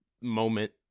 moment